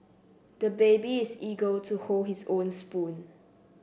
the baby is eager to hold his own spoon